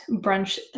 brunch